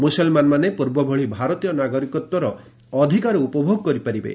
ମୁସଲମାନମାନେ ପୂର୍ବଭଳି ଭାରତୀୟ ନାଗରିକତ୍ୱର ଅଧିକାର ଉପଭୋଗ କରିବେ